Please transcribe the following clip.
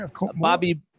Bobby